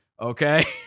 okay